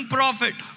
Prophet